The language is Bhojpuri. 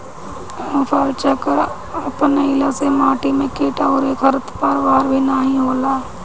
फसलचक्र अपनईला से माटी में किट अउरी खरपतवार भी नाई होला